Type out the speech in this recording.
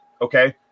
okay